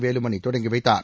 வேலுமணி தொடங்கி வைத்தார்